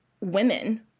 women